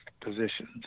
positions